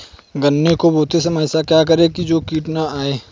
गन्ने को बोते समय ऐसा क्या करें जो कीट न आयें?